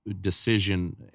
decision